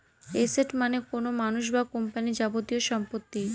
asset মানে কোনো মানুষ বা কোম্পানির যাবতীয় সম্পত্তি